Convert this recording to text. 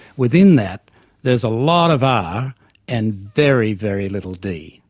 within that there is a lot of r and very, very little d.